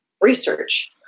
research